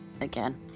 Again